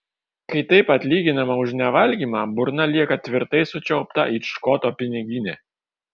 kai taip atlyginama už nevalgymą burna lieka tvirtai sučiaupta it škoto piniginė